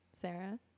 Sarah